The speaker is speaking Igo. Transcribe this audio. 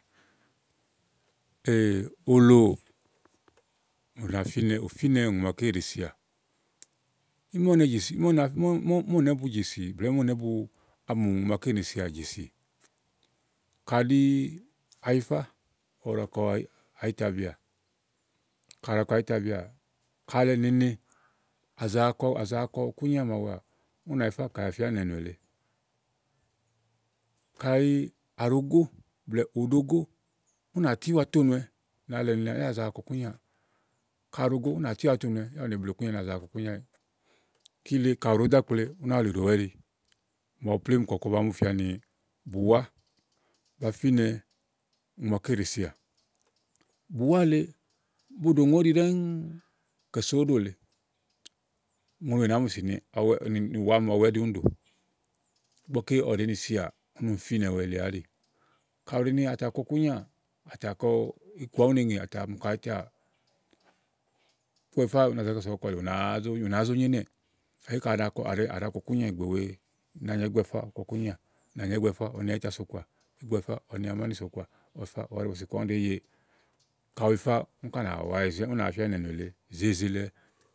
òlò, u na fínɛ, ù fínɛ ùŋò màaké ɖèe sià, ímɛ ú ne jèsì, ímɛ ú na fí, ímɛ ú nàá bujèsì blɛ̀ɛ ímɛ ú nàá bu mù ùŋò màaké ɖèe sià jèsì. kàɖi à yifá, ɔwɔ ɖàá kɔ àyítabìà, ka à ɖàa kɔ àyítabìà ka alɛ nèene à za akɔ, à za akɔ ikúnyà màawuà, ú nà yifá kɛ wa fi ánìnɛ nù èle kayi à ɖò gó blɛ̀ɛ òɖo góò, ú nà tíwa to nùwɛ ni alɛ nèene ɖɛ́ɛ́ à za wa kɔ ikúnyaáwa kaà ɖo gó ú nàtí àwa tonùwɛ yá ù ne bleè ikúnya ni à za wa kɔ ikúnyaàwa. kile ka à ɖòó do ákple, ú nàá wulì ɖòwɛ ɛ́ɖi. Màaɖu plèmú kɔ̀ɔkɔ ówó bàá mu fìi áni bùwá ba fínɛ ùŋò màaké ɖèe sià, bùwá le bo ɖò ùŋò óɖi ɖɛ́ŋúú kɛ̀so óɖò lèe ùŋonì wèe nàá mu jèsì ni ùwá àámi ene mu ùwá ɔwɛ ɛ́ɖi úni ɖò. ígbɔké ɔwɔ ɖèé ni sià úni úni fínɛwɛ li àáɖì, ka ù ɖi ni àtà kɔ ikúnyiàà àtà A kɔ ikuà ú ne ŋè à tà mi kɔ àyítiàà ígbɔ úni yi fá ú nà zá kɛsòo ɔkɔ̀kɔ̀ lèe ù nàáá zó nyo ínɛ̀ɛ̀. gàké kayi à ɖa kɔ ikúnyià ìgbè wèe nàanyà ígbɔ ɔwɔ yifáà ɔwɔ kɔ ikunyià nàanyà ígbɔ ɔwɔ yifáà ɔwɔ ni àyítabi so kɔà ígbɔ ɔwɔ yifáà ɔwɔ ni amánì so kɔà ígbɔ ɔwɔ yifáà ɔwɔ ɖi bɔ̀sì kɔà úni ɖèé ye ka ù yifáà úni ká nà wa zèe ánì nɛnù èle zézéelewɛ